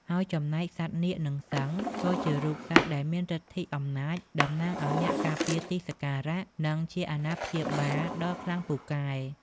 ហើយចំណេកសត្វនាគនិងសិង្ហ ក៏ជារូបសត្វដែលមានឫទ្ធិអំណាច តំណាងឱ្យអ្នកការពារទីសក្ការៈ និងជាអាណាព្យាបាលដ៏ខ្លាំងពូកែ។